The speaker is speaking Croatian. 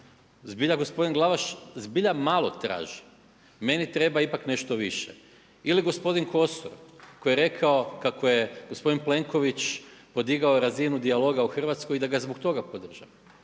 Zbilja gospodin Glavaš zbilja malo traži, meni treba ipak nešto više. Ili gospodin Kosor, koji je rekao kako je gospodin Plenković podigao razinu dijaloga u Hrvatskoj i da ga zbog toga podržava.